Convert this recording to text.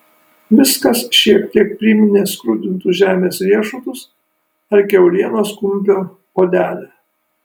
viskas šiek tiek priminė skrudintus žemės riešutus ar kiaulienos kumpio odelę